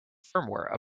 firmware